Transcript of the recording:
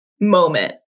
moment